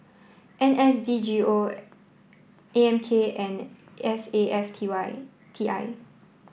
N S D G O A M K and S A F T Y T I